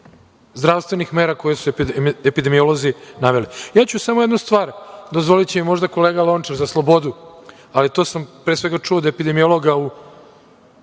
zdravstvenih mera koje su epidemiolozi naveli. Ja ću samo jednu stvar, dozvoliće mi kolega Lončar za slobodu, ali to sam pre svega čuo od epidemiologa u